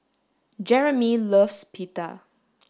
Jeramie loves Pita